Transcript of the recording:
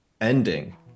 ending